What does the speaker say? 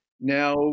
now